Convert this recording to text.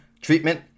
treatment